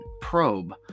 probe